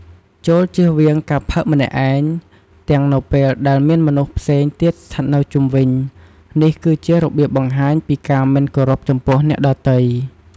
ចូលជៀសវាងការផឹកម្នាក់ឯង ទាំងនៅពេលដែលមានមនុស្សផ្សេងទៀតស្ថិតនៅជុំវិញ នេះគឺជារបៀបបង្ហាញពីការមិនគោរពចំពោះអ្នកដទៃ។